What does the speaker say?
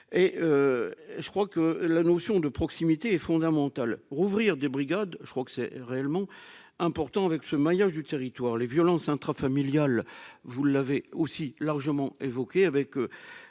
et je crois que la notion de proximité est fondamental, rouvrir des brigades, je crois que c'est réellement important avec ce maillage du territoire, les violences intrafamiliales, vous l'avez aussi largement évoqué avec la